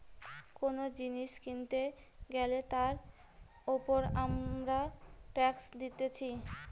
কোন জিনিস কিনতে গ্যালে তার উপর আমরা ট্যাক্স দিতেছি